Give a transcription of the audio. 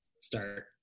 start